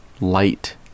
light